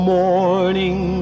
morning